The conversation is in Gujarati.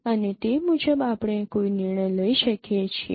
અને તે મુજબ આપણે કોઈ નિર્ણય લઈ શકીએ છીએ